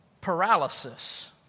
paralysis